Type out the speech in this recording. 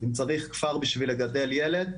אם צריך כפר בשביל לגדל ילד,